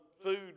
food